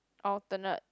alternate